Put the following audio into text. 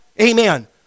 Amen